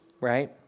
right